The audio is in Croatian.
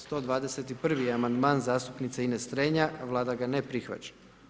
121.-vi Amandman zastupnice Ines Strenja, Vlada ga ne prihvaća.